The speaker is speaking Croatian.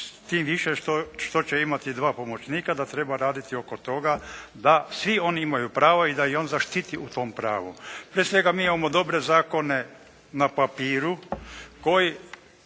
tim više što će imati dva pomoćnika da treba raditi oko toga da svi oni imaju prava i da ih on zaštiti u tom pravu. Prije svega, mi imamo dobre zakone na papiru koji